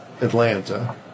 Atlanta